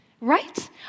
right